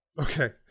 Okay